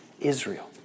Israel